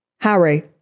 Harry